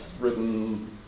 written